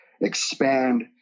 expand